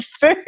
food